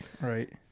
Right